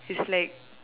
is like